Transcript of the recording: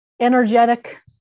energetic